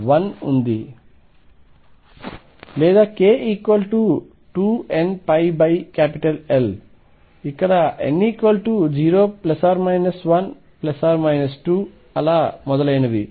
లేదా k2nπL ఇక్కడ n0±1±2 మొదలైనవి